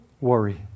worry